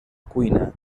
cuina